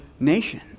nation